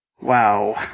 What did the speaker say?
Wow